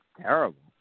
terrible